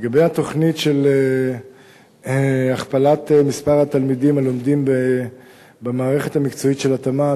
לגבי התוכנית של הכפלת מספר התלמידים הלומדים במערכת המקצועית של התמ"ת,